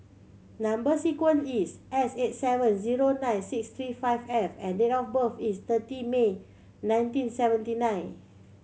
number sequence is S eight seven zero nine six three five F and date of birth is thirty May nineteen seventy nine